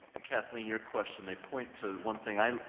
and kathleen, your question, they point to one thing i